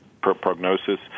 prognosis